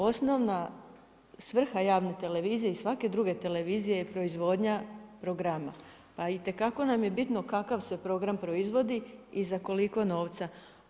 Osnovna svrha javne televizije i svake druge televizije je proizvodnja programa, pa itekako nam je bitno kakav se program proizvodi i za koliko novca.